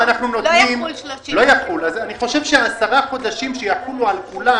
אני חושב שעשרה חודשים שיחולו על כולם,